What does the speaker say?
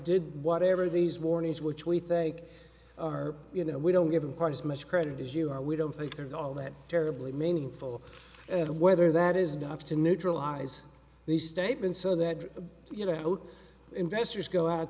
did whatever these warnings which we think are you know we don't give him part as much credit as you are we don't think they're all that terribly meaningful or whether that is not to neutralize these statements so that you know investors go out